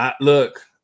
Look